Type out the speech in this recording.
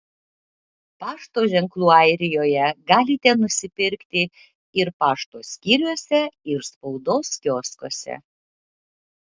pašto ženklų airijoje galite nusipirkti ir pašto skyriuose ir spaudos kioskuose